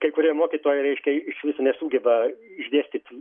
kai kurie mokytojai reiškia išvis nesugeba išdėstyti